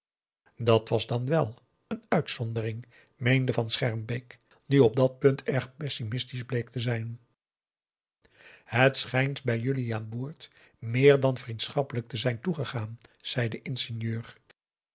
dat was dan wèl een uitzondering meende van schermbeek die op dat punt erg pessimistisch bleek te zijn het schijnt bij jullie aan boord meer dan vriendschappelijk te zijn toegegaan zei de ingenieur